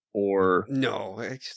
No